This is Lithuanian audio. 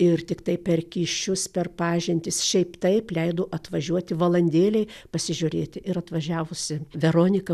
ir tiktai per kyšius per pažintis šiaip taip leido atvažiuoti valandėlei pasižiūrėti ir atvažiavusi veronika